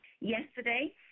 Yesterday